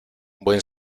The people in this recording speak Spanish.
buen